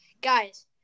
Guys